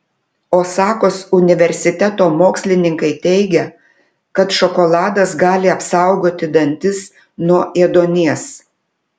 osakos universiteto mokslininkai teigia kad šokoladas gali apsaugoti dantis nuo ėduonies